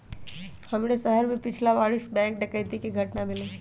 हमरे शहर में पछिला बरिस बैंक डकैती कें घटना भेलइ